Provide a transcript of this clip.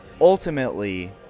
ultimately –